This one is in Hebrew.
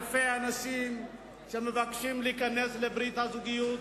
אלפי אנשים שמבקשים להיכנס לברית זוגיות,